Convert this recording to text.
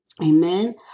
Amen